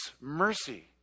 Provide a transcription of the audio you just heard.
mercy